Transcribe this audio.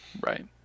Right